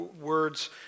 words